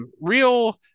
real